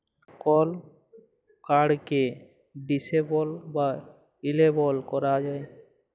call কাড়কে disable বা enable ক্যরা যায়